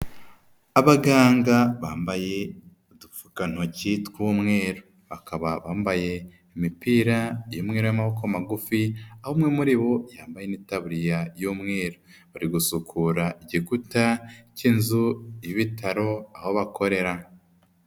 Abaganga bambaye udupfukantoki tw'umweru, bakaba bambaye imipira imwe n'amaboko magufi, aho umwe muri bo yambaye n'itaburiya y'umweru, bari gusukura igikuta cy'inzu y'ibitaro aho bakorera.